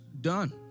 done